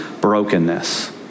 brokenness